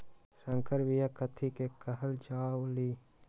संकर बिया कथि के कहल जा लई?